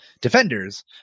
defenders